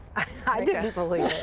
i didn't believe